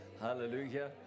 Hallelujah